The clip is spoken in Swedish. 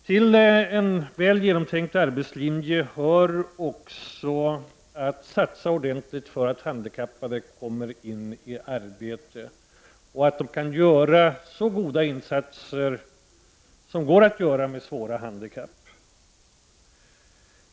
Till en väl genomtänkt arbetslinje hör också att satsa ordentligt på att handikappade skall komma in i arbete och att de skall kunna göra så goda insatser som går att göra om man har svåra handikapp.